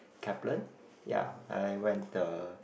Kaplan ya I went the